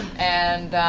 and